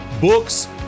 books